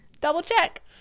double-check